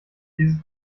dieses